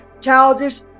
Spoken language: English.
childish